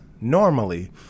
normally